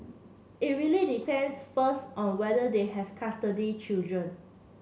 it really depends first on whether they have custody children